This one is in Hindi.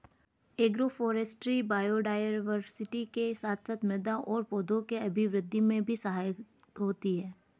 एग्रोफोरेस्ट्री बायोडायवर्सिटी के साथ साथ मृदा और पौधों के अभिवृद्धि में भी सहायक होती है